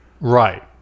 right